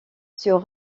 sur